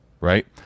right